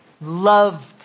loved